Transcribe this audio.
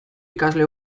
ikasle